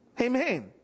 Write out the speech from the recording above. Amen